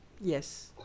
Yes